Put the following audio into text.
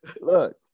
look